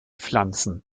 pflanzen